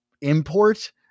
import